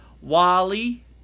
Wally